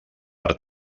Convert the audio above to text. per